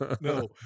No